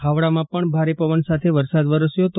ખાવડામાં પણ ભારે પવન સાથે વરસાદ વરસ્યો હતો